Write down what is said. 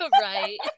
Right